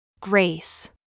Grace